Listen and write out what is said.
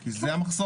כי זה המחסום.